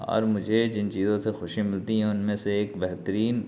اور مجھے جن چیزوں سے خوشی ملتی ہیں ان میں سے ایک بہترین